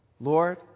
Lord